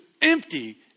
empty